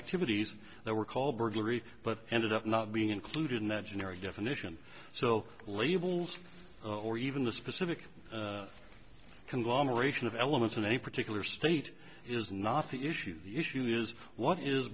activities that were called burglary but ended up not being included in that generic definition so labels or even the specific conglomeration of elements in any particular state is not the issue the issue is what is